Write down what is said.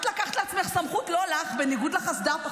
את לקחת לעצמך סמכות לא לך בניגוד לחסד"פ.